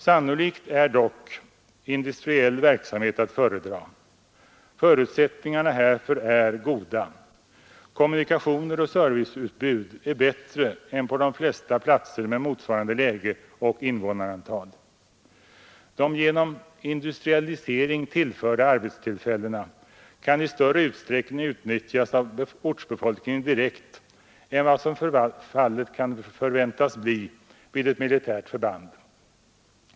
Sannolikt är dock industriell verksamhet att föredra. Förutsättningarna härför är goda. Kommunikationer och serviceutbud är bättre än på de flesta platser med motsvarande läge och invånarantal. De genom industrialisering tillförda arbetstillfällena kan i större utsträckning utnyttjas av ortsbefolkningen direkt än vad fallet kan förväntas bli vid ett militärt förband.